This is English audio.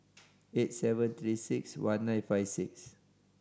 eight seven Three Six One nine five six